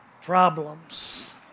problems